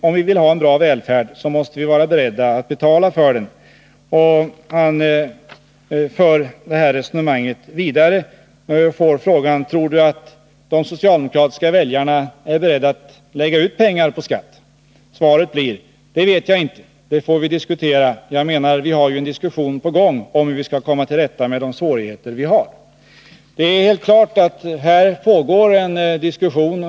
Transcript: Om vi vill ha en bra välfärd måste vi vara beredda att betala för den. Han förde det här resonemanget vidare och fick då frågan: Tror du att de socialdemokratiska väljarna är beredda att lägga ut pengar på skatt? Svaret blev: Det vet jag inte. Det får vi diskutera — vi har ju en diskussion på gång om hur vi skall komma till rätta med de svårigheter vi har. Det är alltså helt klart att här pågår en diskussion.